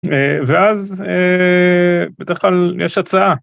ואז בדרך כלל יש הצעה.